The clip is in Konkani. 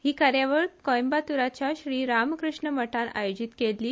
ही कार्यावळ कोइंबातुरच्या श्री रामकृष्ण मठान आयोजित केल्ठी